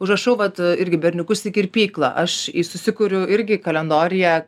užrašau vat irgi berniukus į kirpyklą aš i susikuriu irgi kalendoriuje